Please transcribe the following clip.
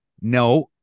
No